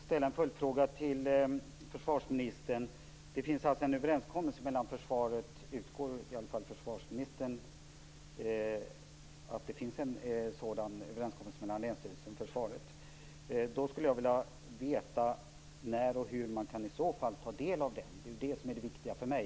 Herr talman! Jag tackar för det svaret. Jag skulle vilja ställa en följdfråga till försvarsministern. Försvarsministern utgår från att det finns en överenskommelse mellan länsstyrelsen och försvaret. Jag skulle vilja veta när och hur man i så fall kan ta del av den. Det är det som är det viktiga för mig.